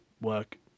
work